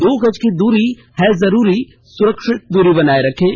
दो गज की दूरी है जरूरी सुरक्षित दूरी बनाए रखें